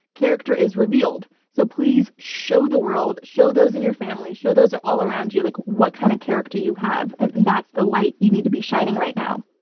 character is revealed, so please show the world, show those in your family, show those ah all around you like what kind of character you have and that's the light you need to be shining right now.